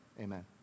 amen